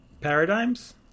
paradigms